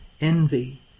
envy